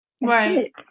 right